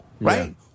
right